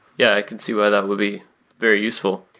yeah, i can see why that would be very useful.